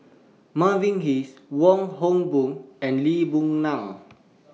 Mavis Hee Wong Hock Boon and Lee Boon Ngan